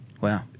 Wow